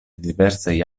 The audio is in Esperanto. diversaj